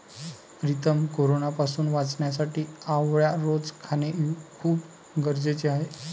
प्रीतम कोरोनापासून वाचण्यासाठी आवळा रोज खाणे खूप गरजेचे आहे